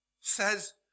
says